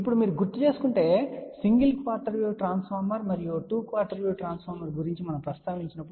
ఇప్పుడు మీరు గుర్తుచేసుకుంటే సింగిల్ క్వార్టర్ వేవ్ ట్రాన్స్ఫార్మర్ మరియు 2 క్వార్టర్ వేవ్ ట్రాన్స్ఫార్మర్ గురించి మనము ప్రస్తావించాము